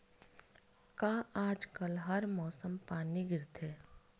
का आज कल हर मौसम पानी गिरथे?